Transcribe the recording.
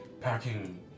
packing